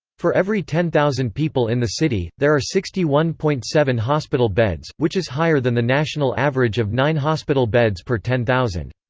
for every ten thousand people in the city, there are sixty one point seven hospital beds, which is higher than the national average of nine hospital beds per ten thousand.